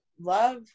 love